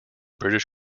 british